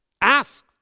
ask